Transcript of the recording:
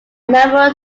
memorial